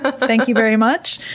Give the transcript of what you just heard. ah thank you very much.